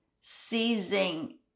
seizing